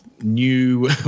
new